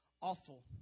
awful